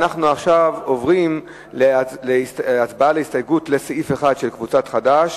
אנחנו עוברים עכשיו להצבעה על הסתייגות לסעיף 1 של קבוצת חד"ש.